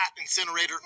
incinerator